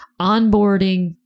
onboarding